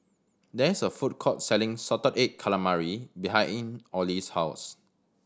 there is a food court selling salted egg calamari behind in Ollie's house